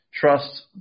trust